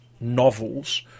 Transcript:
novels